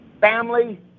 family